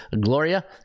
Gloria